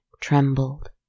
trembled